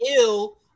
ill